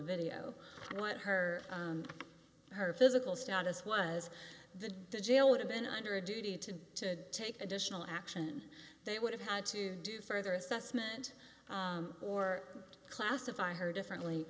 video what her her physical status was the detail would have been under a duty to take additional action they would have had to do further assessment or to classify her differently